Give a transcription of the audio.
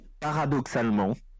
paradoxalement